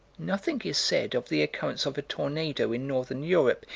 nothing is said of the occurrence of a tornado in northern europe,